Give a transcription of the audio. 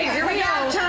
here we yeah